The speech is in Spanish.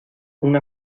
una